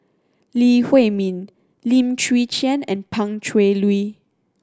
Lee Huei Min Lim Chwee Chian and Pan Cheng Lui